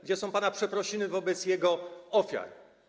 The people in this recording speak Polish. Gdzie są pana przeprosiny wobec jego ofiar?